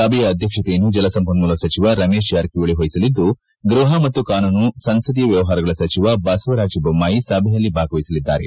ಸಭೆಯ ಅಧ್ಯಕ್ಷತೆಯನ್ನು ಜಲಸಂಪನ್ಮೂಲ ಸಚಿವ ರಮೇಶ್ ಜಾರಕಿಹೊಳಿ ವಹಿಸಲಿದ್ದು ಗ್ವಹ ಮತ್ತು ಕಾನೂನು ಸಂಸದೀಯ ವ್ವವಹಾರಗಳ ಸಚಿವ ಬಸವರಾಜ ಬೊಮ್ಜಾಯಿ ಸಭೆಯಲ್ಲಿ ಭಾಗವಹಿಸಲಿದ್ದಾರೆ